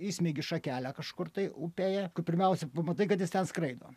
įsmeigi šakelę kažkur tai upėje tu pirmiausia pamatai kad jis ten skraido